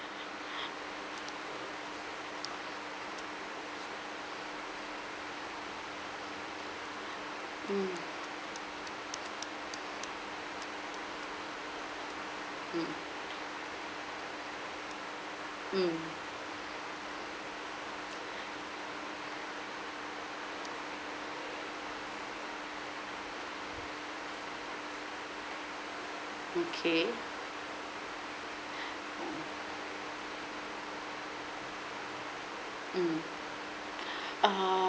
mm mm mm okay uh mm err